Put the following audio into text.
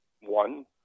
one